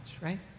right